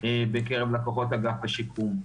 בקרב לקוחות אגף השיקום.